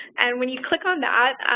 and when you click on that,